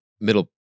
middle